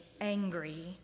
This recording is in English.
angry